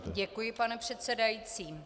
Děkuji, pane předsedající.